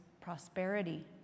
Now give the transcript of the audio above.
prosperity